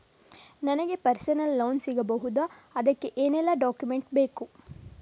ನನಗೆ personal loan ಸಿಗಬಹುದ ಅದಕ್ಕೆ ಏನೆಲ್ಲ ಡಾಕ್ಯುಮೆಂಟ್ ಬೇಕು?